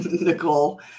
Nicole